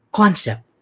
concept